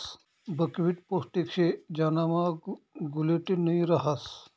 buckwheat पोष्टिक शे ज्यानामा ग्लूटेन नयी रहास